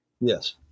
Yes